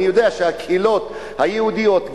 אני יודע שהקהילות היהודיות,